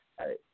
hey